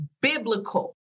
biblical